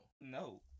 no